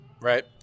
Right